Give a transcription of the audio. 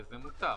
וזה נוסח.